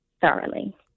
thoroughly